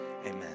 Amen